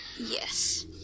Yes